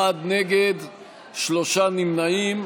אחד נגד, שלושה נמנעים.